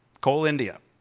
coal india.